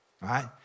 right